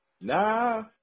Nah